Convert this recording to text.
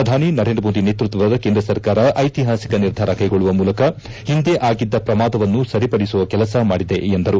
ಪ್ರಧಾನಿ ನರೇಂದ್ರ ಮೋದಿ ನೇತೃತ್ವದ ಕೇಂದ್ರ ಸರ್ಕಾರ ಐತಿಹಾಸಿಕ ನಿರ್ಧಾರ ಕ್ಷೆಗೊಳ್ಳುವ ಮೂಲಕ ಹಿಂದೆ ಆಗಿದ್ದ ಪ್ರಮಾದವನ್ನು ಸರಿಪಡಿಸುವ ಕೆಲಸ ಮಾಡಿದೆ ಎಂದರು